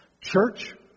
church